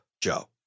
joe